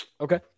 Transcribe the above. Okay